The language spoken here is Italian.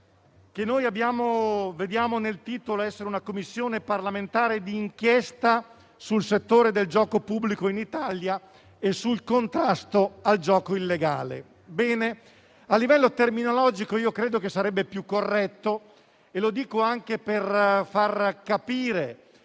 che dal titolo vediamo essere una Commissione parlamentare di inchiesta sul settore del gioco pubblico in Italia e sul contrasto al gioco illegale. Bene, a livello terminologico credo sarebbe stato più corretto - lo dico anche per far capire